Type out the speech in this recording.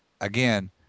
again